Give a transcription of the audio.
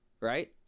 right